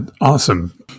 awesome